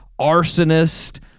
arsonist